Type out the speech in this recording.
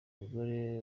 umugore